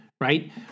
right